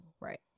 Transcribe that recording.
Right